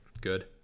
good